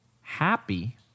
happy